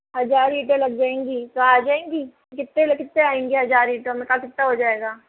हज़ार ईंटें लग जाएंगी तो आ जाएगी कितने कितने आ जाएंगी हज़ार ईंटें में कितना हो जाएगा